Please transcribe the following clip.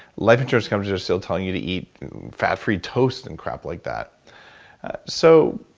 life insurance companies are still telling you to eat fat free toast and crap like that so,